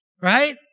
Right